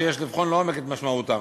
שיש לבחון לעומק את משמעותם.